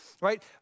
right